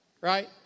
right